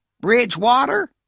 Bridgewater